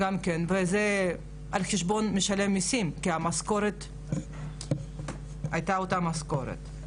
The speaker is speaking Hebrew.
וזה על חשבון משלם המסים כי המשכורת הייתה אותה משכורת.